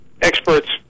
experts